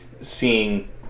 seeing